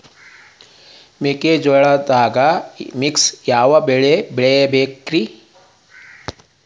ಮೆಕ್ಕಿಜೋಳದಾಗಾ ಮಿಕ್ಸ್ ಯಾವ ಬೆಳಿ ಹಾಕಬೇಕ್ರಿ?